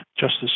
Justice